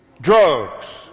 drugs